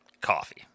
Coffee